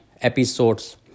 episodes